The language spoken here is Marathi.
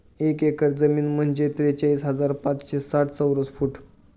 एक एकर जमीन म्हणजे त्रेचाळीस हजार पाचशे साठ चौरस फूट